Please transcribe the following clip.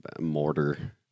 mortar